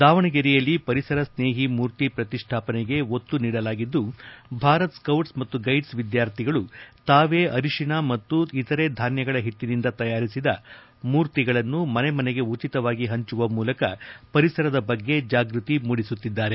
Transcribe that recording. ದಾವಣಗೆರೆಯಲ್ಲಿ ಪರಿಸರ ಸ್ನೇಹಿ ಮೂರ್ತಿ ಪ್ರತಿಷ್ಠಾಪನೆಗೆ ಒತ್ತು ನೀಡಲಾಗಿದ್ದು ಭಾರತ್ ಸ್ಕೌಟ್ಸ್ ಮತ್ತು ಗೈಡ್ಸ್ ವಿದ್ಯಾರ್ಥಿಗಳು ತಾವೇ ಅರಿಶಿಣ ಮತ್ತು ಇತರೆ ಧಾನ್ಯಗಳ ಹಿಟ್ಟಿನಿಂದ ತಯಾರಿಸಿದ ಮೂರ್ತಿಗಳನ್ನು ಮನೆ ಮನೆಗೆ ಉಚಿತವಾಗಿ ಹಂಚುವ ಮೂಲಕ ಪರಿಸರದ ಬಗ್ಗೆ ಜಾಗ್ವತಿ ಮೂಡಿಸುತ್ತಿದ್ದಾರೆ